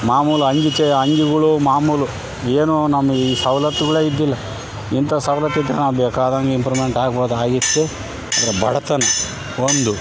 ಮಾಮೂಲು ಅಂಜಿಕೆ ಅಂಜುಗಳು ಮಾಮೂಲು ಏನೋ ನಮಗೆ ಈ ಸವಲತ್ತುಗಳೇ ಇದ್ದಿಲ್ಲ ಇಂಥ ಸವಲತ್ತಿದ್ರೆ ನಾ ಬೇಕಾಧಂಗೆ ಇಂಪ್ರೂವ್ಮೆಂಟ್ ಆಗಬೌದು ಆಗಿತ್ತು ಆದರೆ ಬಡತನ ಒಂದು